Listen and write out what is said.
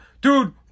dude